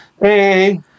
hey